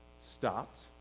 stopped